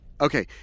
Okay